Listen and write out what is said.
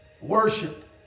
worship